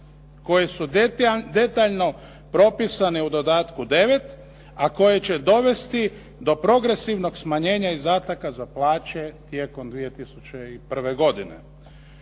koje su detaljno propisane u dodatku 9, a koje će dovesti do progresivnog smanjenja izdataka za plaće tijekom 2001. godine.